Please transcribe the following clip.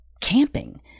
camping